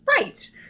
Right